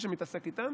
מי שמתעסק איתם